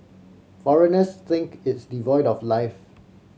foreigners think it's devoid of life